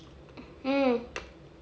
mm